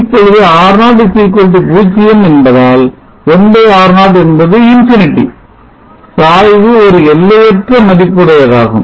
இப்பொழுது R0 0 என்பதால் 1R0 என்பது ∞ சாய்வு ஒரு எல்லையற்ற மதிப்பு உடையதாகும்